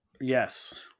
Yes